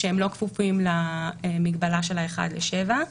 שהם לא כפופים למגבלה של 1 ל-7.